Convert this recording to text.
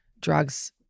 drugs